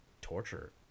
torture